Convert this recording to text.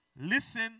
listen